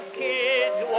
kids